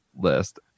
list